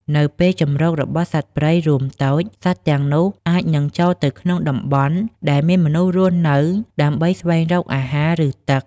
នៅពេលជម្រករបស់សត្វព្រៃរួមតូច សត្វទាំងនោះអាចនឹងចូលទៅក្នុងតំបន់ដែលមានមនុស្សរស់នៅដើម្បីស្វែងរកអាហារ ឬទឹក។